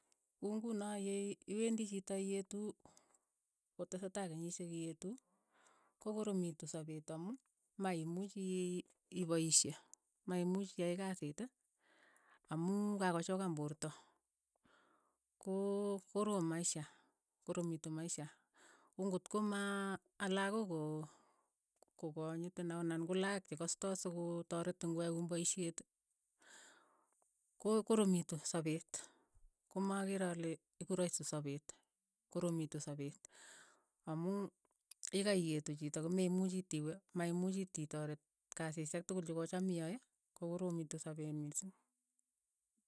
Ku nguno ye iwendi chito ieetu, kotesetai kenyishek ieetu, ko koromitu sapeet amu maimuchi ii- ipaishe, maimuchi iai kasit amu kakochookan poorto, koo- korom maisha, koromitu maisha, ko ng'ot ko maaa a- lakok ko- ko kanyitin anan ko lakok che kastai sokotaretin ko yauun paishet, ko- koromitu sapet, komakere ale eku rahisi sapeet, koromitu sapeet, amuu yikaieetu chito ko meimuchi tiwe, maimuchi tiitoret kasishek tokol choko chaam iae, ko koromitu sapeet mising.